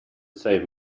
save